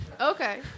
Okay